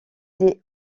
des